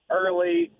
early